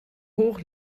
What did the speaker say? hoch